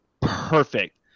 Perfect